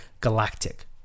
galactic